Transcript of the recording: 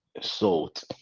salt